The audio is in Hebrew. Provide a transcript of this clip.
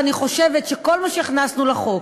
ואני חושבת שכל מה שהכנסנו לחוק,